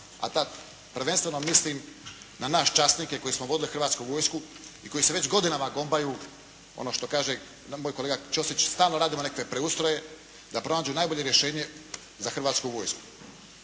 a tada prvenstveno mislim na nas časnije koji smo vodili Hrvatsku vojsku i koji se već godina gombaju, ono što kaže moj kolega Ćosić, stalno radimo nekakve preustroje, da pronađu najbolje rješenje za Hrvatsku vojsku.